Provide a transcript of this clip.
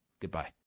Goodbye